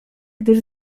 gdyż